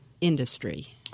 Industry